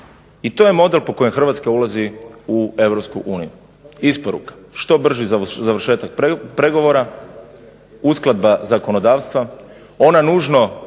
I to je model po kojem Hrvatska ulazi u Europsku uniju. Isporuka. Što brži završetak pregovora. Uskladba zakonodavstva? Ona nužno